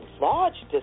large